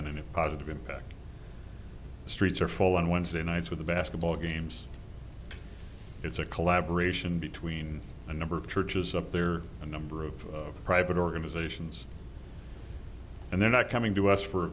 been in a positive impact the streets are full on wednesday nights with the basketball games it's a collaboration between a number of churches up there a number of private organizations and they're not coming to us for a